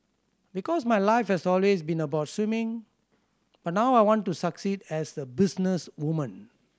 because my life has always been about swimming but now I want to succeed as a businesswoman